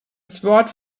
sword